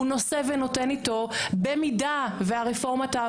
הוא נושא ונותן איתו, במידה והרפורמה תעבור.